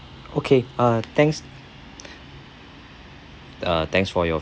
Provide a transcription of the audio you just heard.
okay uh thanks uh thanks for your